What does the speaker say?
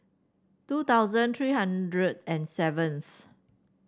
two thousand three hundred and seventh